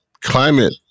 climate